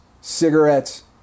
Cigarettes